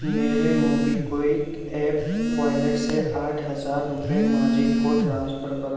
میرے MobiKwik app wallet سے آٹھ ہزار روپے ماجد کو ٹرانسفر کرو